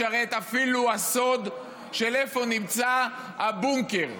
משרת אפילו הסוד של איפה נמצא הבונקר,